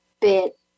bit